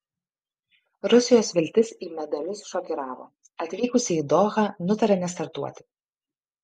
rusijos viltis į medalius šokiravo atvykusi į dohą nutarė nestartuoti